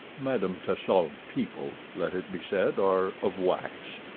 madame tussaud's people, let it be said, are of wax,